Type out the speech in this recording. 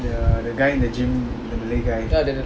the the guy in the gym the malay guy